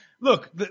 look